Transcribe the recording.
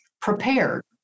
prepared